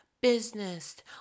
business